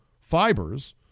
fibers